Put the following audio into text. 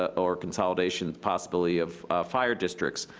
ah or consolidations possibility of fire districts.